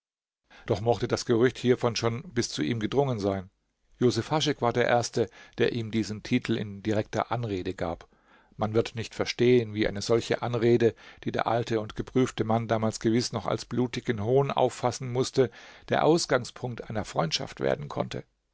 doch mochte das gerücht hievon schon bis zu ihm gedrungen sein josef haschek war der erste der ihm diesen titel in direkter anrede gab man wird nicht verstehen wie eine solche anrede die der alte und geprüfte mann damals gewiß noch als blutigen hohn auffassen mußte der ausgangspunkt einer freundschaft werden konnte